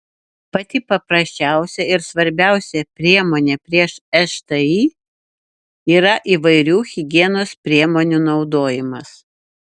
pati paprasčiausia ir svarbiausia priemonė prieš šti yra įvairių higienos priemonių naudojimas